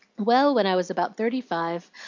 well, when i was about thirty-five,